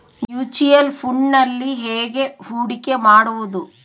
Mutual ಫುಣ್ಡ್ನಲ್ಲಿ ಹೇಗೆ ಹೂಡಿಕೆ ಮಾಡುವುದು?